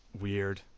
weird